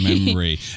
memory